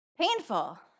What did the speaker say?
Painful